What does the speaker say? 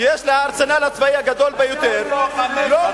שיש לה הארסנל הצבאי הגדול ביותר, פושע, פושע.